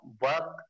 work